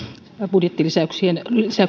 budjettilisäyksiä